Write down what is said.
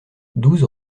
douze